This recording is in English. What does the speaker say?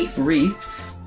ah briefs?